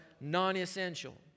non-essential